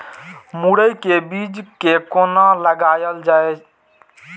मुरे के बीज कै कोना लगायल जाय?